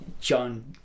John